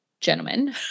gentlemen